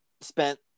spent